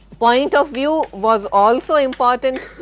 point of view was also important,